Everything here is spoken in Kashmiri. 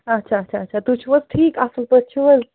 آچھا آچھا آچھا تُہۍ چھُو حظ ٹھیٖک اَصٕل پٲٹھۍ چھُو حظ